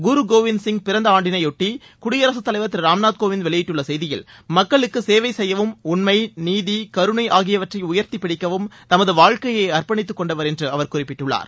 குருகோவிந்த் சிங் பிறந்த ஆண்டினையொட்டி குடியரசுத்தலைவர் திரு ராம்நாத் கோவிந்த் வெளியிட்டுள்ள செய்தியில் மக்களுக்கு சேவை செய்யவும் உண்மை நீதி கருணை ஆகியவற்றை உயர்த்தி பிடிக்கவும் தமது வாழ்க்கையை அர்ப்பணித்து கொண்டவர் அவர் என்று குறிப்பிட்டுள்ளார்